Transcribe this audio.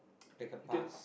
it's a past